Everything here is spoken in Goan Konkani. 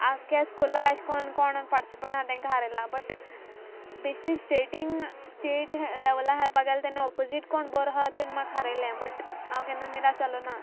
आख्खा स्कुला एशें कोण कोण पार्टिसिपंट आसा तेंकां हारयलां बट बेश्टें स्टेटीन स्टेट लेवला खेळपा गेलें जाल्यार ऑपोजीट कोण बरो आसा तेणें म्हाका हारयलें बट हांव केन्ना निराश जालो ना